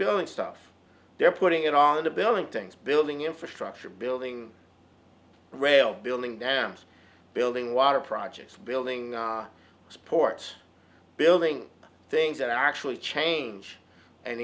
building stuff they're putting it all into building things building infrastructure building rail building dams building water projects building support building things that actually change and